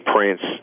Prince